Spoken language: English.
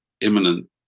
imminent